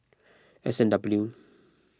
S and W